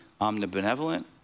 omnibenevolent